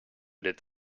that